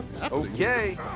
Okay